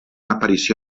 aparició